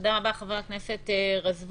תודה רבה, חבר הכנסת רזבוזוב.